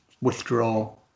withdraw